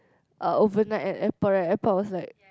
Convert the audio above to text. uh overnight at airport right airport was like